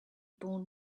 born